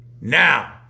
Now